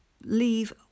leave